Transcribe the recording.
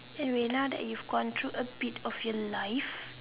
anyway now that you have gone through a bit of your life